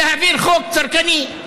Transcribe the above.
להעביר חוק צרכני.